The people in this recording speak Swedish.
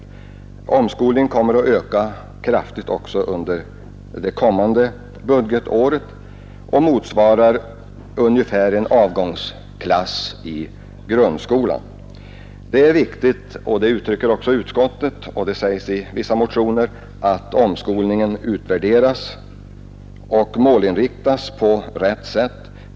Antalet av omskolning berörda motsvarar ungefär antalet elever i grundskolans avgångsklasser. Den verksamheten kommer att öka kraftigt också under det kommande budgetåret. Det är viktigt — det anser utskottet och det framhålles i vissa motioner — att omskolningen utvärderas och målinriktas på rätt sätt.